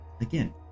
Again